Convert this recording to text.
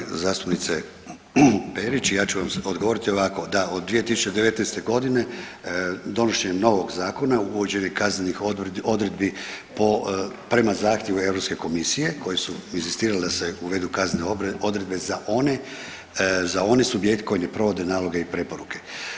Poštovana zastupnice Perić, ja ću vam odgovoriti ovako, da, od 2019.g. donošenjem novog zakona uvođenjem kaznenih odredbi prema zahtjevu Europske komisije koje su inzistirale da se uvedu kaznene odredbe za one subjekte koji ne provode naloge i preporuke.